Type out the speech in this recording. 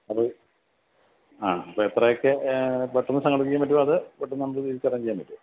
അത് ആഹ് എത്രയൊക്കെ പെട്ടെന്ന് സംഘടിപ്പിക്കാൻ പറ്റുമോ അത് പെട്ടെന്ന് നമുക്ക് തിരിച്ച് അറേഞ്ച് ചെയ്യാൻ പറ്റുവോ